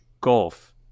gulf